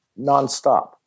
nonstop